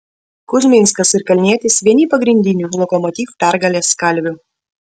kuzminskas ir kalnietis vieni pagrindinių lokomotiv pergalės kalvių